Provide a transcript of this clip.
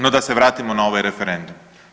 No da se vratimo na ovaj referendum.